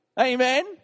Amen